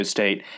State